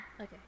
Okay